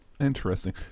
Interesting